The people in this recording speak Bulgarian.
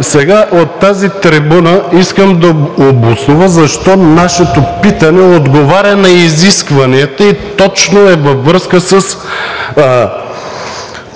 Сега от тази трибуна искам да обоснова защо нашето питане отговаря на изискванията и точно е във връзка с